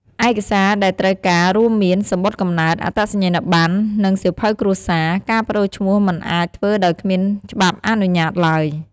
ឯកសារដែលត្រូវការរួមមាន សំបុត្រកំណើត អត្តសញ្ញាណប័ណ្ណ និងសៀវភៅគ្រួសារ ការប្ដូរឈ្មោះមិនអាចធ្វើដោយគ្មានច្បាប់អនុញ្ញាតឡើយ។